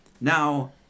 Now